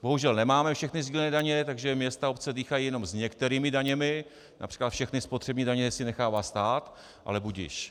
Bohužel nemáme všechny sdílené daně, takže města a obce dýchají jenom s některými daněmi, např. všechny spotřební daně si nechává stát, ale budiž.